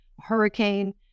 hurricane